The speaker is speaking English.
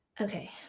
Okay